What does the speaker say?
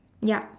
yup